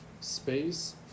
space